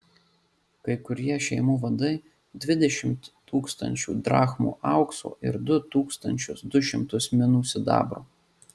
kai kurie šeimų vadai dvidešimt tūkstančių drachmų aukso ir du tūkstančius du šimtus minų sidabro